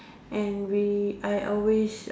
and we I always